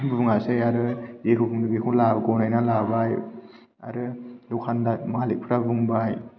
बुङासै आरो जेखौ बुंदों बेखौ ला गनायना लाबोबाय आरो दखानदार मालिकफ्रा बुंबाय